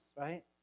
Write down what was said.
right